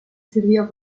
sirvió